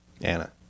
Anna